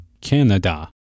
Canada